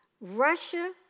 Russia